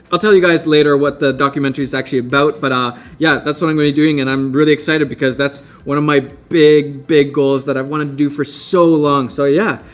i'll tell you guys later what the documentary's actually about, but um yeah that's what i'm going to be doing, and i'm really excited, because that's one of my big big goals that i've wanted to do for so long. so yeah,